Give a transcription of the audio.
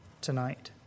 tonight